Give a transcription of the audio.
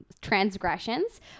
transgressions